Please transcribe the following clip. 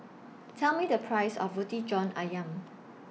Tell Me The Price of Roti John Ayam